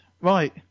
Right